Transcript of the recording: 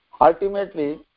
Ultimately